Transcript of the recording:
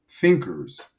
thinkers